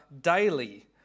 daily